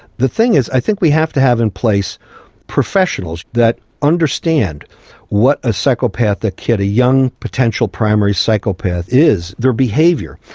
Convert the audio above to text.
the thing is i think we have to have in place professionals that understand what a psychopathic kid, a young, potential primary psychopath is, their behaviour.